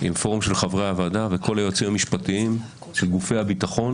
עם פורום של חברי הוועדה וכל היועצים המשפטיים של גופי הביטחון